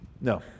no